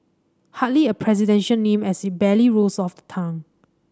hardly a presidential name as it barely rolls off the tongue